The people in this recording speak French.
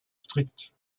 strictes